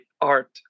art